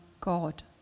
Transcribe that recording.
God